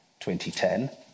2010